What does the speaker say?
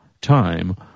Time